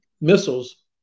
missiles